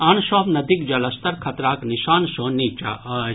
आन सभ नदीक जलस्तर खतराक निशान सँ नीचा अछि